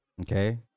Okay